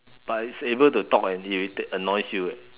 but it's able to talk and irritate annoys you leh